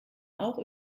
auch